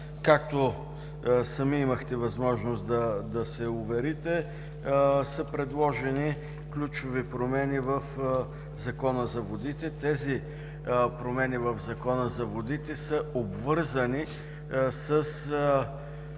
както сами имахте възможност да се уверите, са предложени ключови промени в Закона за водите. Тези промени в Закона за водите са обвързани с